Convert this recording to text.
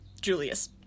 Julius